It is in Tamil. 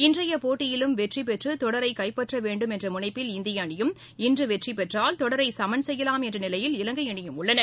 இன்றைய போட்டியிலும் வெற்றிபெற்று தொடரை கைப்பற்ற வேண்டும் என்ற முனைப்பில் இந்திய அணியும் இன்று வெற்றிபெற்றால் தொடரை சமன் செய்யலாம் என்ற நிலையில் இலங்கை அணியும் உள்ளன